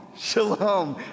shalom